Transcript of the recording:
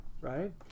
right